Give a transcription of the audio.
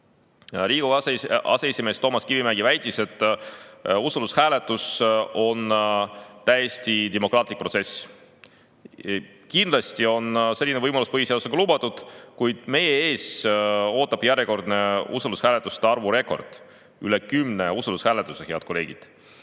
Riigikogu aseesimees Toomas Kivimägi väitis, et usaldushääletus on täiesti demokraatlik protsess. Kindlasti on selline võimalus põhiseadusega lubatud, kuid meid ootab ees järjekordne usaldushääletuste arvu rekord: üle kümne usaldushääletuse, head kolleegid.